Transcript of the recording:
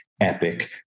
Epic